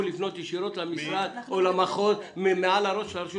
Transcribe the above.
לפנות ישירות למשרד החינוך או למחוז מעל ראש הרשות